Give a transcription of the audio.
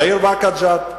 והעיר באקה ג'ת,